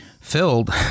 filled